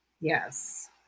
yes